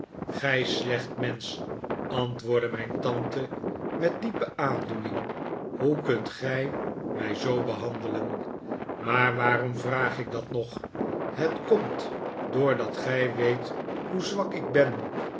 gij slecht mensch antwoordde mijn tante met diepe aandoening hoe kunt gij mij zoo behandelen maar waarom vraag ik dat nog het komt doordat gij weet hoe zwak ik ben